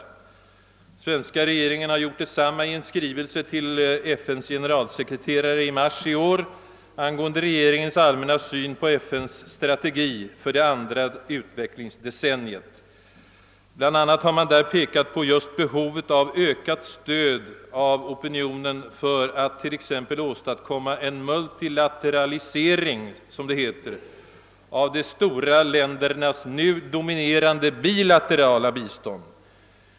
Den svenska regeringen har gjort detsamma i en skrivelse till FN:s generalsekreterare i mars i år angående regeringens allmänna syn på FN:s strategi för det andra utvecklingsdecenniet. Bl. a. har man där pekat på just behovet av ökat stöd av opinionen för att t.ex. åstadkomma en »multilateralisering» av de stora ländernas nu dominerande bilaterala bistånd.